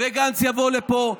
וגנץ יבוא לפה,